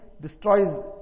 destroys